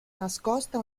nascosta